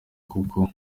koko